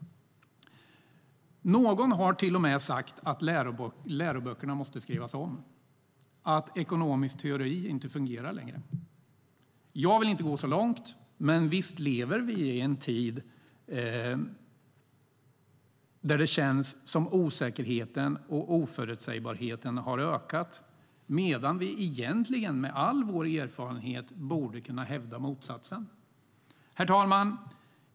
Någon har till och med sagt att läroböckerna måste skrivas om, att ekonomisk teori inte fungerar längre. Jag vill inte gå så långt, men visst lever vi i en tid då det känns som att osäkerheten och oförutsägbarheten har ökat, medan vi egentligen med all vår erfarenhet borde kunna hävda motsatsen. Herr talman!